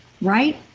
right